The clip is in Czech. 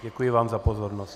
Děkuji vám za pozornost.